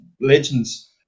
legends